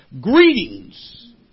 Greetings